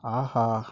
ஆஹா